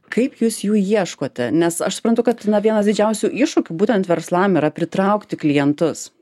kaip jūs jų ieškote nes aš suprantu kad na vienas didžiausių iššūkių būtent verslam yra pritraukti klientus